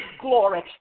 glory